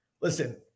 Listen